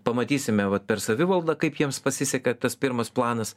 pamatysime vat per savivaldą kaip jiems pasiseka tas pirmas planas